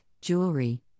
jewelry